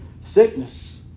sickness